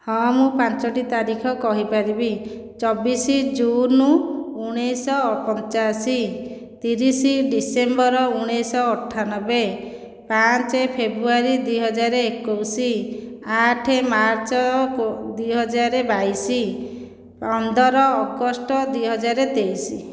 ହଁ ମୁଁ ପାଞ୍ଚୋଟି ତାରିଖ କହିପାରିବି ଚବିଶ ଜୁନ୍ ଉଣେଇଶହ ପଞ୍ଚାଅଶୀ ତିରିଶ ଡିସେମ୍ବର ଉଣେଇଶହ ଅଠାନବେ ପାଞ୍ଚ ଫେବ୍ରୁଆରୀ ଦୁଇ ହଜାର ଏକୋଇଶ ଆଠ ମାର୍ଚ୍ଚ ଦୁଇ ହଜାର ବାଇଶ ପନ୍ଦର ଅଗଷ୍ଟ ଦୁଇ ହଜାର ତେଇଶ